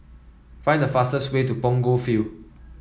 find the fastest way to Punggol Field